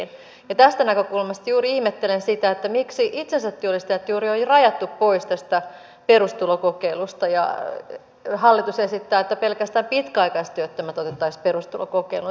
ja tästä näkökulmasta juuri ihmettelen sitä miksi itsensätyöllistäjät juuri oli rajattu pois tästä perustulokokeilusta ja hallitus esittää että pelkästään pitkäaikaistyöttömät otettaisiin perustulokokeiluun